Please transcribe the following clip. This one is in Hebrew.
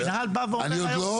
אני אומרת לכם חד משמעית,